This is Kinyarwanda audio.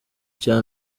cya